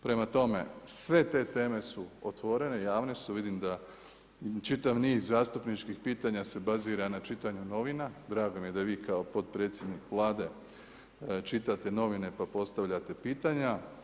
Prema tome, sve te teme su otvorene, javne su, vidim da čitav niz zastupničkih pitanja se bazira na čitanju novina, drago mi je da vi kao potpredsjednik Vlade čitate novine pa postavljate pitanja.